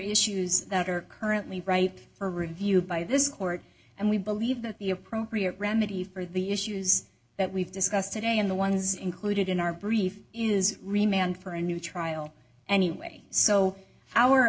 issues that are currently right for review by this court and we believe that the appropriate remedy for the issues that we've discussed today in the ones included in our brief is remain for a new trial anyway so our